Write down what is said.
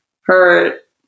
hurt